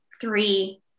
three